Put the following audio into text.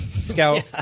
scout